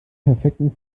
perfekten